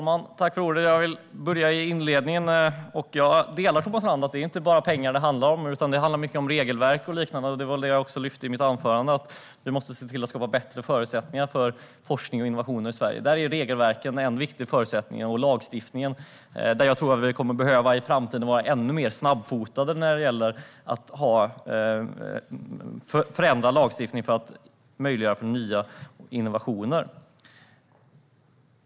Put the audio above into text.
Fru talman! Jag vill börja med inledningen. Jag delar Thomas Strands uppfattning att det inte bara handlar om pengar. Det handlar mycket om regelverk och liknande. Det var också det som jag lyfte fram i mitt anförande. Vi måste se till att det blir bättre förutsättningar för forskning och innovation i Sverige. Där är regelverken en viktig förutsättning. När det gäller lagstiftningen tror jag att vi i framtiden kommer att behöva vara ännu mer snabbfotade och förändra lagstiftningen för att möjliggöra för nya innovationer.